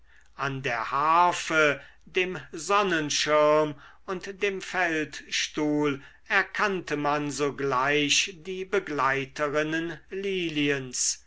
an der harfe dem sonnenschirm und dem feldstuhl erkannte man sogleich die begleiterinnen liliens